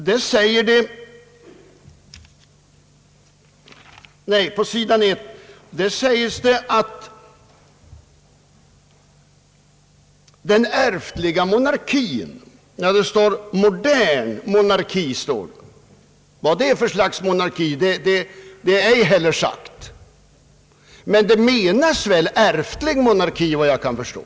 Där talas om parlamentarisk monarki — vad det är för slags monarki är inte sagt, men därmed menas väl ärftlig monarki, vad jag kan förstå.